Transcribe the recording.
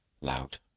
loud